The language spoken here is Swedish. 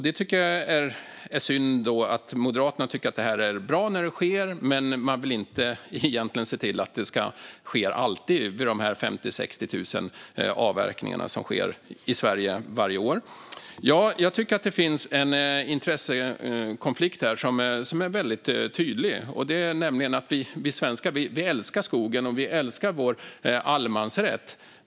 Det är synd att Moderaterna tycker att det är bra när det sker, men man vill inte att det ska ske vid alla de 50 000-60 000 avverkningarna i Sverige varje år. Det finns en tydlig intressekonflikt. Vi svenskar älskar skogen, och vi älskar vår allemansrätt.